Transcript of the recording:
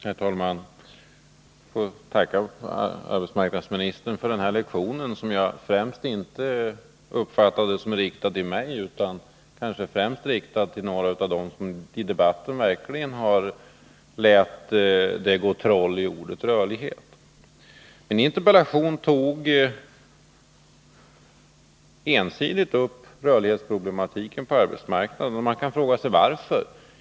Herr talman! Jag får tacka arbetsmarknadsministern för den här lektionen, som jag inte upplevde som främst riktad till mig utan till några av dem som i debatten verkligen låtit det gå troll i ordet rörlighet. Min interpellation tar ensidigt upp rörlighetsproblematiken på arbetsmarknaden, och man kan fråga sig varför.